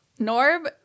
Norb